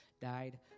died